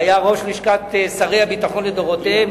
הוא היה ראש לשכת שרי הביטחון לדורותיהם,